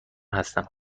هستم